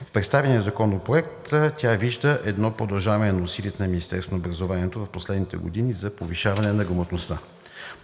В представения законопроект тя вижда едно продължаване на усилията на Министерството на образованието в последните години за повишаване на грамотността.